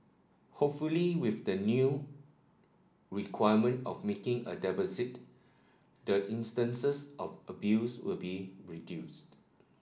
hopefully with the new requirement of making a deposit the instances of abuse will be reduced